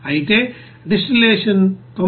అయితే డిస్టిల్లషన్ 99